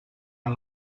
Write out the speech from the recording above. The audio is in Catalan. amb